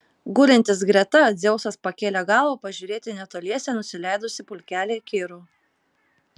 gulintis greta dzeusas pakėlė galvą pažiūrėti į netoliese nusileidusį pulkelį kirų